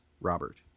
robert